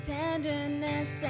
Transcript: tenderness